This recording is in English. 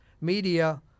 media